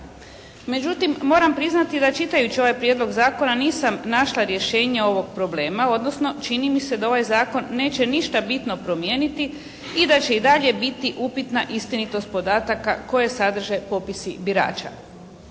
Međutim, moram priznati da čitajući ovaj Prijedlog zakona nisam našla rješenje ovog problema, odnosno čini mi se da ovaj Zakon neće ništa bitno promijeniti i da će i dalje biti upitna istinitost podataka koje sadrže popisi birača.